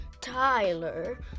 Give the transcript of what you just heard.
Tyler